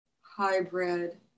hybrid